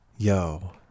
Yo